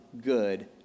good